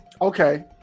Okay